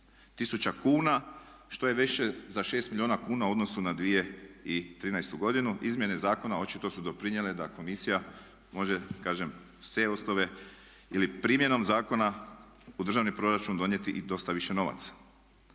tisuća kuna, što je više za 6 milijuna kuna u odnosu na 2013. godinu. Izmjene zakona očito su doprinijela da komisija može kažem s te osnove ili primjenom zakona u državni proračun donijeti i dosta više novaca.